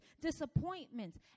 disappointments